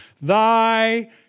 thy